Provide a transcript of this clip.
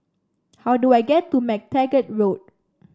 how do I get to MacTaggart Road